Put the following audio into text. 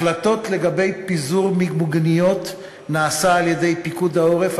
החלטות לגבי פיזור מיגוניות נעשות על-ידי פיקוד העורף,